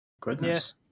Goodness